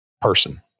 person